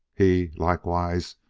he, likewise,